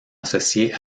associées